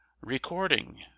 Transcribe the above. Recording